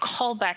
callback